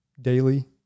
daily